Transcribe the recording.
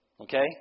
okay